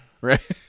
right